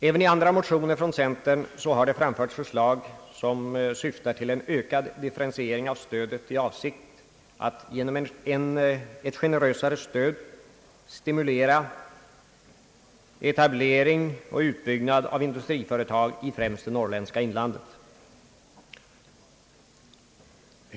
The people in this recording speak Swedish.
Även i andra motioner från centerpartiet har det framförts förslag som syftar till en ökad differentiering av stödet i avsikt att genom ett generösare stöd stimulera etablering och utbyggnad av industriföretag i främst det norrländska inlandet.